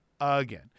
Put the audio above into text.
Again